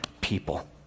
people